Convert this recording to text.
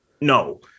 No